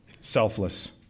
selfless